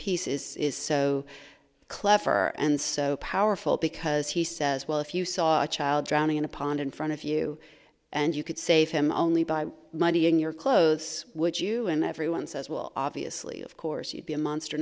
piece is is so clever and so powerful because he says well if you saw a child drowning in a pond in front of you and you could save him only by being your clothes would you and everyone says well obviously of course you'd be a monster